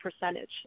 percentage